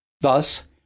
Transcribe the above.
Thus